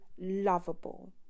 lovable